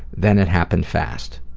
then it happened fast.